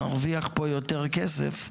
נרוויח פה יותר כסף,